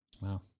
Wow